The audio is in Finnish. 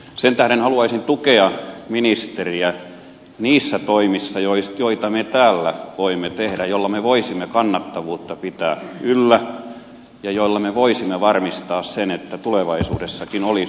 sen tähden haluaisin tukea ministeriä niissä toimissa joita me täällä voimme tehdä joilla me voisimme pitää yllä kannattavuutta ja joilla me voisimme varmistaa sen että tulevaisuudessakin olisi viljelijöitä